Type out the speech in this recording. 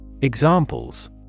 Examples